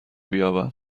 بیایم